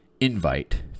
invite